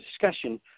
discussion